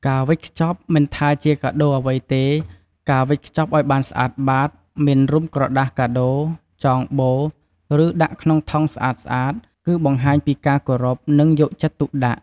ការវេចខ្ចប់ មិនថាជាកាដូអ្វីទេ ការវេចខ្ចប់ឲ្យបានស្អាតបាត មានរុំក្រដាសកាដូ ចងបូ ឬដាក់ក្នុងថង់ស្អាតៗ គឺជាការបង្ហាញពីការគោរព និងយកចិត្តទុកដាក់។